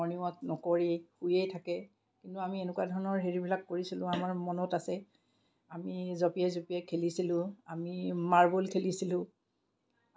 morning walk নকৰেই শুয়ে থাকে কিন্তু আমি এনেকুৱা ধৰণৰ হেৰিবিলাক কৰিছিলোঁ আমাৰ মনত আছে আমি জঁপিয়াই জঁপিয়াই খেলিছিলোঁ আমি মাৰ্বল খেলিছিলোঁ